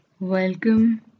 Welcome